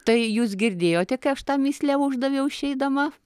tai jūs girdėjote kai aš tą mįslę uždaviau išeidama